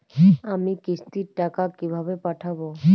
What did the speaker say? আমি কিস্তির টাকা কিভাবে পাঠাব?